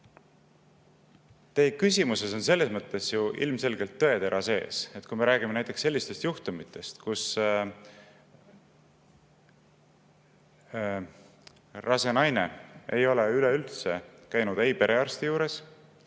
teie küsimuses on selles mõttes ilmselgelt tõetera sees. Kui me räägime näiteks sellistest juhtumitest, kus rase naine ei ole üleüldse käinud ei perearsti juures